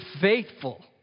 faithful